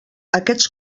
aquests